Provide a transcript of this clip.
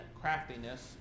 craftiness